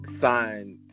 signed